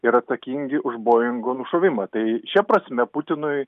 yra atsakingi už boingų nušovimą tai šia prasme putinui